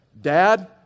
Dad